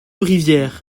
rivière